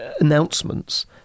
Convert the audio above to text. announcements